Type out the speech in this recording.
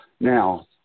Now